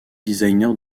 designer